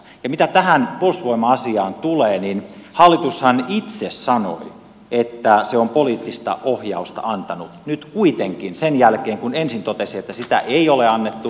mitä tähän puolustusvoima asiaan tulee niin hallitushan itse sanoi että se on poliittista ohjausta antanut nyt kuitenkin sen jälkeen kun ensin totesi että sitä ei ole annettu